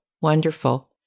Wonderful